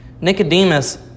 Nicodemus